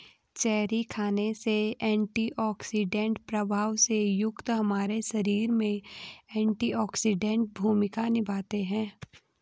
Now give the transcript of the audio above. cherry खाने से antioxidant प्रभाव से युक्त हमारे शरीर में एंटीऑक्सीडेंट भूमिका निभाता है